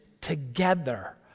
together